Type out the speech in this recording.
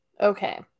okay